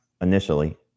initially